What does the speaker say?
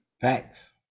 Thanks